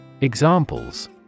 Examples